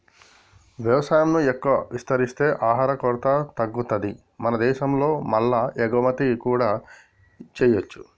వ్యవసాయం ను ఎక్కువ విస్తరిస్తే ఆహార కొరత తగ్గుతది మన దేశం లో మల్ల ఎగుమతి కూడా చేయొచ్చు